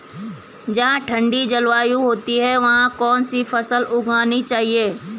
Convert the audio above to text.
जहाँ ठंडी जलवायु होती है वहाँ कौन सी फसल उगानी चाहिये?